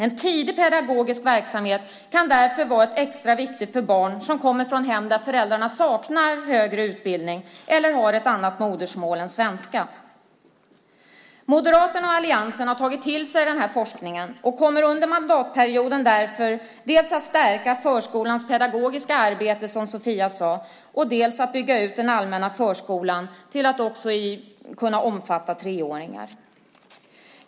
En tidig pedagogisk verksamhet kan därför vara extra viktig för barn som kommer från hem där föräldrarna saknar högre utbildning eller har ett annat modersmål än svenska. Moderaterna och alliansen har tagit till sig denna forskning och kommer därför under mandatperioden dels att stärka förskolans pedagogiska arbete, som Sofia nämnde, dels att bygga ut den allmänna förskolan till att omfatta också treåringar.